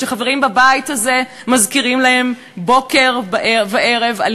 שחברים בבית הזה מזכירים להם בוקר וערב על